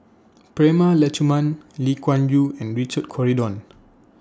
Prema Letchumanan Lee Kuan Yew and Richard Corridon